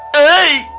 a